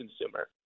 consumer